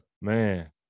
Man